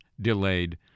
delayed